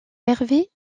hervé